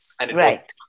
Right